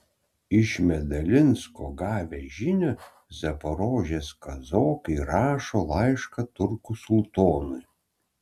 iš medalinsko gavę žinią zaporožės kazokai rašo laišką turkų sultonui